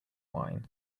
whine